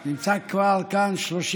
אני מודה שעבורי זה גם יום לחשבון נפש אישי,